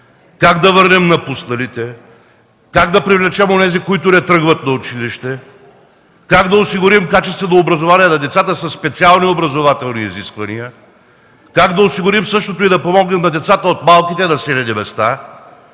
как да върнем напусналите, как да привлечем онези, които не тръгват на училище; как да осигурим качествено образование на децата със специални образователни изисквания, как да осигурим същото и да помогнем на децата от малките населени места;